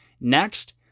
Next